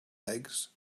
eggs